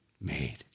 made